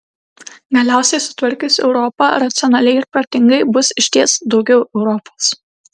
galiausiai sutvarkius europą racionaliai ir protingai bus išties daugiau europos